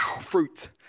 fruit